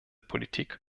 politik